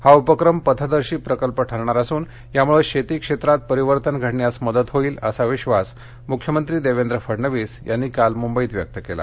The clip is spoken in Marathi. हा उपक्रम पथदर्शी प्रकल्प ठरणार असून यामुळे शेती क्षेत्रात परिवर्तन घडण्यास मदत होईल असा विक्षास मुख्यमंत्री देवेंद्र फडणवीस यांनी काल मुंबईत व्यक्त केला